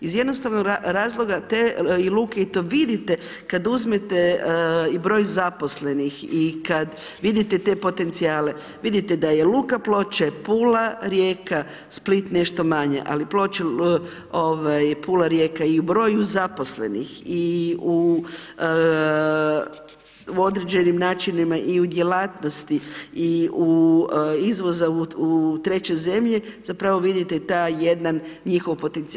Iz jednostavnog razloga te luke i to vidite kada uzmete i broj zaposlenih i kada vidite te potencijale, vidite da je Luka Ploče, Pula Rijeka, Split nešto manje ali Ploče, Pula Rijeka i u broju zaposlenih i u određenim načinima i u djelatnosti i u izvoza u treće zemlje, zapravo vidite i taj jedan njihov potencijal.